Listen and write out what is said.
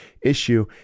issue